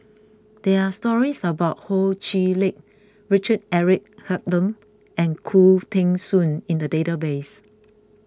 there are stories about Ho Chee Lick Richard Eric Holttum and Khoo Teng Soon in the database